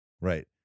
Right